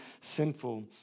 sinful